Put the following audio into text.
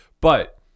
but-